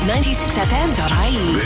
96fm.ie